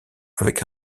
avec